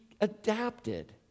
adapted